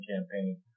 campaign